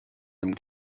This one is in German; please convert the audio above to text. dem